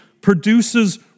produces